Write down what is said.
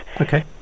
Okay